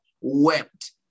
wept